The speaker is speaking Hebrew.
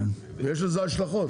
יש לזה השלכות,